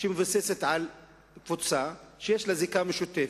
שמבוססת על קבוצה שיש לה זיקה משותפת.